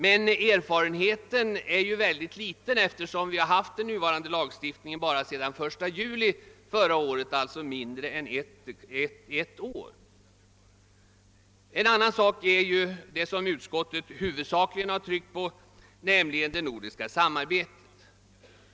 Men erfarenheten är ännu mycket liten, eftersom den nuvarande lagstiftningen tillämpats bara från den 1 juli förra året, alltså mindre än ett år. Vad utskottet huvudsakligen tryckt på är frågan om det nordiska samarbetet.